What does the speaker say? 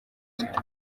cyane